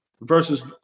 versus